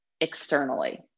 externally